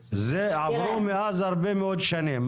עברו מאז הרבה מאוד שנים,